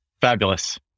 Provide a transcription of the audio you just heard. Fabulous